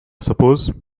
suppose